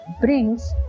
brings